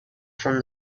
from